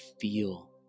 feel